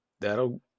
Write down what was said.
That'll